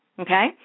Okay